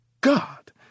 God